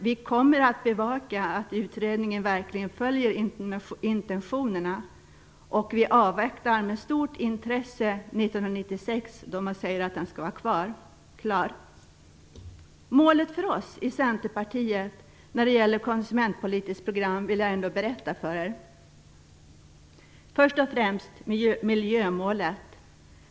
Vi kommer att bevaka att utredningen verkligen följer intentionerna, och vi avvaktar med stort intresse inför 1996, då man säger att den skall vara klar. Jag vill ändå berätta för er vilka mål vi i Centerpartiet har när det gäller konsumentpolitiskt program. Först och främst har vi miljömålet.